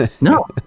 No